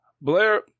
Blair